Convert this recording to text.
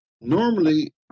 Normally